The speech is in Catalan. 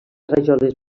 rajoles